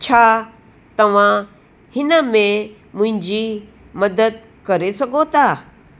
छा तवां हिन में मुंहिंजी मदद करे सघो था